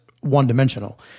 one-dimensional